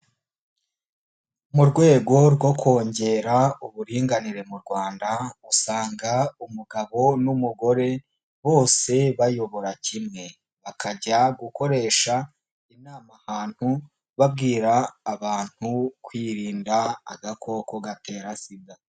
Murwego rwo kongera uburinganire mu Rwanda usanga umugabo n'umugore bose bayobora kimwe, bakajya gukoresha inama ahantu babwira abantu kwirinda agakoko gatera sida.